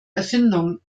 erfindung